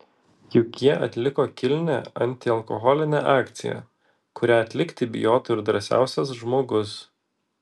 juk jie atliko kilnią antialkoholinę akciją kurią atlikti bijotų ir drąsiausias žmogus